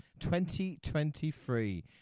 2023